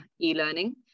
e-learning